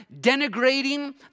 denigrating